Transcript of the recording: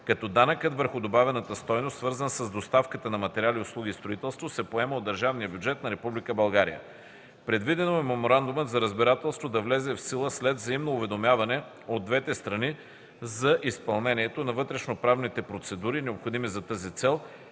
като данъкът върху добавената стойност, свързан с доставката на материали, услуги и строителство, се поема от държавния бюджет на Република България. Предвидено е Меморандумът за разбирателство да влезе в сила след взаимно уведомяване от двете страни за изпълнението на вътрешноправните процедури, необходими за тази цел,